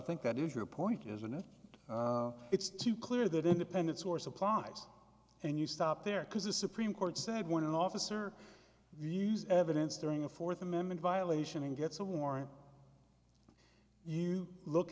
think that is your point isn't it it's too clear that independents or supplies and you stop there because the supreme court said one officer used evidence during a fourth amendment violation and gets a warrant you look